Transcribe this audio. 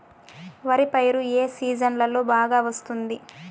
వరి పైరు ఏ సీజన్లలో బాగా వస్తుంది